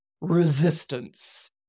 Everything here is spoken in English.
resistance